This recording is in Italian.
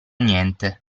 niente